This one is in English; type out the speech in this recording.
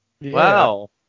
Wow